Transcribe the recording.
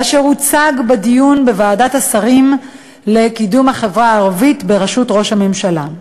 ואשר הוצג בדיון בוועדת השרים לקידום החברה הערבית בראשות ראש הממשלה: